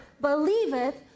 believeth